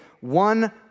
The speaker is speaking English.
one